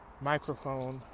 microphone